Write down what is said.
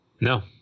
No